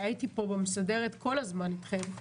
הייתי פה בוועדה המסדרת כל הזמן אתכם,